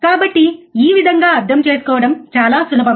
కాబట్టి ఈ విధంగా అర్థం చేసుకోవడం చాలా సులభం